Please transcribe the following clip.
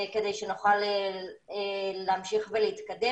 כדי שנוכל להמשיך ולהתקדם.